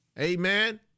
Amen